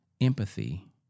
empathy